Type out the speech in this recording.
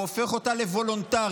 הוא הופך אותה לוולונטרית,